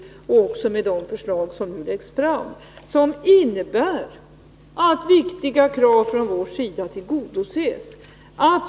Så är också fallet med de förslag som nu läggs fram och som innebär att viktiga krav från vår sida tillgodoses.